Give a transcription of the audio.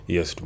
Yes